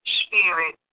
spirit